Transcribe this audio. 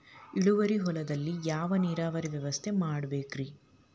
ಇಳುವಾರಿ ಹೊಲದಲ್ಲಿ ಯಾವ ನೇರಾವರಿ ವ್ಯವಸ್ಥೆ ಮಾಡಬೇಕ್ ರೇ?